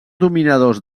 dominadors